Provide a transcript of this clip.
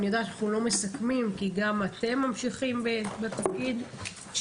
אני יודעת שאנחנו לא מסכמים כי גם אתם ממשיכים בתפקיד שלכם,